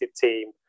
team